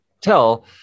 tell